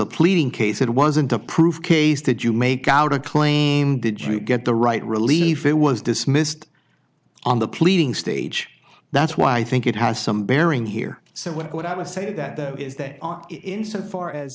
a pleading case it wasn't a proof case did you make out a claim did you get the right relief it was dismissed on the pleading stage that's why i think it has some bearing here so what i would have to say that is that insofar as